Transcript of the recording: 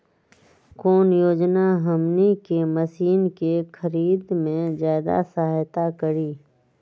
कौन योजना हमनी के मशीन के खरीद में ज्यादा सहायता करी?